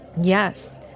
Yes